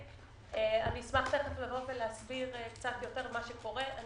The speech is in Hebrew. אשמח להסביר קצת יותר על מה שקורה.